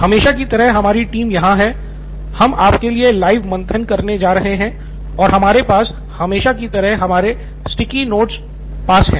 हमेशा की तरह हमारी टीम यहां है हम आपके लिए लाइव मंथन करने जा रहे हैं और हमारे पास हमेशा की तरह हमारे sticky नोट हमारे पास हैं